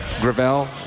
Gravel